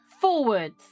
Forwards